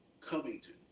Covington